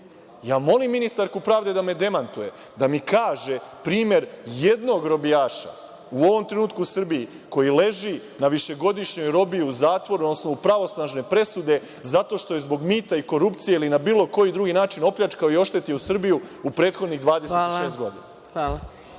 Molim ministarku pravde da me demantuje, da mi kaže primer jednog robijaša u ovom trenutku u Srbiji koji leži na višegodišnjoj robiji u zatvoru na osnovu pravosnažne presude zato što je zbog mita i korupcije ili na bilo koji drugi način opljačkao i oštetio Srbiju u prethodnih 26 godina.